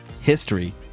history